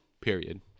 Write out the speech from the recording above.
Period